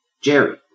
Jerry